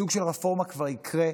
סוג של רפורמה כבר יקרה,